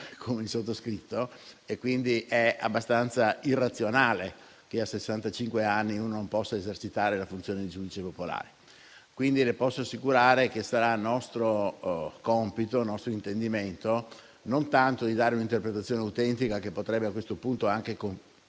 come il sottoscritto; quindi è abbastanza irrazionale che a sessantacinque anni uno non possa esercitare la funzione di giudice popolare. Le posso assicurare pertanto che saranno nostro compito e nostro intendimento non tanto dare un'interpretazione autentica, che potrebbe a questo punto anche complicare